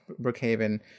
Brookhaven